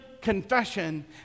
confession